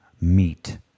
meet